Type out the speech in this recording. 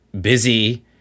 busy